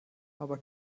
aber